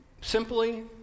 simply